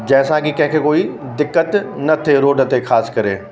जंहिंसां कि कंहिंखे कोई दिक़त न थिए रोड ते ख़ासि करे